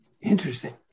Interesting